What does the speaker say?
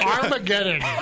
Armageddon